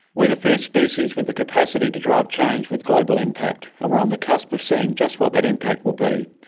we are the first species with the capacity to drive change with global impact, and we are on the cusp of seeing just what that impact will be.